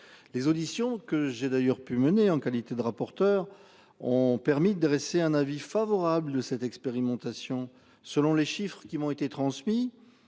les auditions que j'ai d'ailleurs pu mener en qualité de rapporteur ont permis de dresser un avis favorable de cette expérimentation, selon les chiffres qui m'ont été transmis